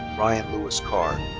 ryan lewis carr